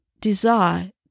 desire